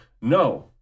No